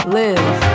live